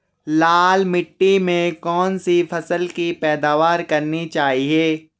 लाल मिट्टी में कौन सी फसल की पैदावार करनी चाहिए?